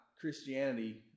Christianity